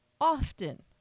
often